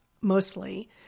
mostly